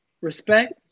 respect